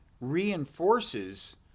reinforces